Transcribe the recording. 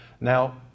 Now